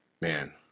man